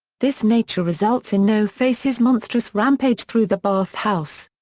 this nature results in no-face's monstrous rampage through the bath house.